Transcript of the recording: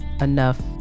enough